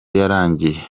yarangiye